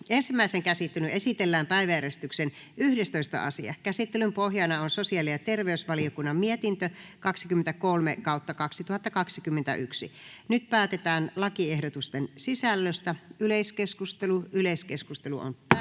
Ensimmäiseen käsittelyyn esitellään päiväjärjestyksen 12. asia. Käsittelyn pohjana on talousvaliokunnan mietintö TaVM 23/2021 vp. Nyt päätetään lakiehdotusten sisällöstä. — Yleiskeskustelu, edustaja